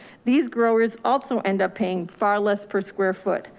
these growers also ended up paying far less per square foot,